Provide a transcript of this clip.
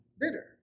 bitter